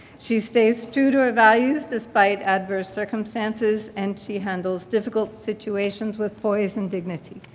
she stays true to her values despite adverse circumstances, and she handles difficult situations with poise and dignity.